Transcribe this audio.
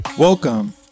Welcome